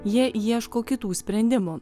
jie ieško kitų sprendimų